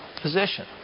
position